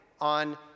on